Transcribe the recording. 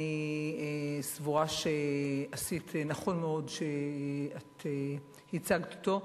אני סבורה שעשית נכון מאוד שהצגת אותו.